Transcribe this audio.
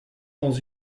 dans